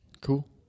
Cool